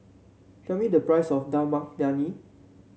tell me the price of Dal Makhani